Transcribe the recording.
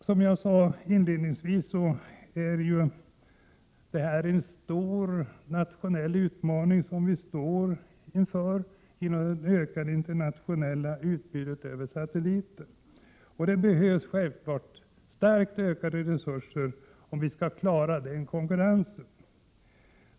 Som jag sade inledningsvis är detta en stor nationell utmaning som vi står inför genom det ökade internationella utbudet av satellitsändningar. Det behövs självfallet starkt ökade resurser, om vi skall klara den konkurrensen.